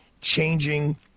changing